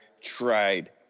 tried